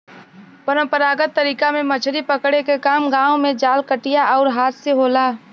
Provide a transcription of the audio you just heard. परंपरागत तरीका में मछरी पकड़े के काम गांव में जाल, कटिया आउर हाथ से होला